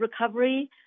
recovery